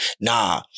Nah